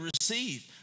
receive